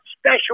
special